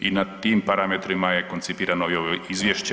I na tim parametrima je koncipirano i ovo izvješće.